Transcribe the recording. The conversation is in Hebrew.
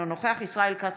אינו נוכח ישראל כץ,